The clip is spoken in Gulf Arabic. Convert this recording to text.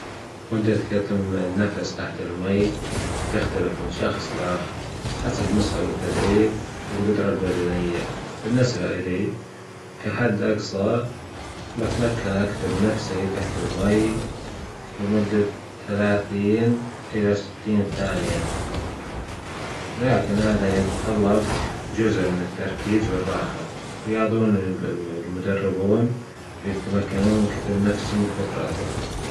مدة كتم النفس تحت الماي تختلف من شخص إلى أخر حسب مستوى التدريب والجدرة البدنية بالنسبة إلى كد أقصى بقدر أكتم نفسي تحت الماي لدة ثلاثين ثانية لكن هذا يتطلب جزء من التركيز والراحة راي - المدربون بيتمكنون من نفسهم لفترة أطول.